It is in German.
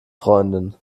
freundin